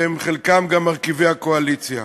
וחלקם גם מרכיבים את הקואליציה.